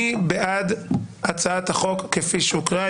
מי בעד אישור הצעת החוק כפי שהוקראה?